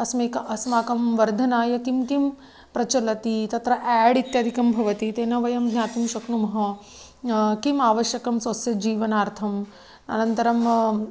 अस्माकं अस्माकं वर्धनाय किं किं प्रचलति तत्र एड् इत्यादिकं भवति तेन वयं ज्ञातुं शक्नुमः किम् आवश्यकं स्वस्य जीवनार्थम् अनन्तरं